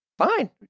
fine